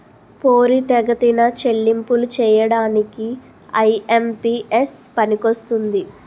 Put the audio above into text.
పోరితెగతిన చెల్లింపులు చేయడానికి ఐ.ఎం.పి.ఎస్ పనికొస్తుంది